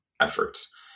efforts